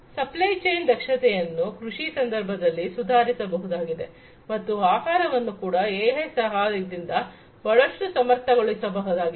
supply chain ದಕ್ಷತೆಯನ್ನು ಕೃಷಿ ಸಂದರ್ಭದಲ್ಲಿ ಸುದಾರಿಸಬಹುದಾಗಿದೆ ಮತ್ತು ಆಹಾರವನ್ನು ಕೂಡ ಎಐ ಸಹಾಯದಿಂದ ಬಾಳಷ್ಟು ಸಮರ್ಥ ಗಳಿಸಬಹುದಾಗಿದೆ